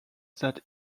that